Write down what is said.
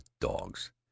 dogs